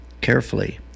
carefully